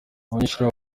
abanyeshuri